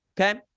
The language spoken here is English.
Okay